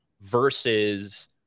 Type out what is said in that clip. versus